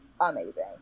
Amazing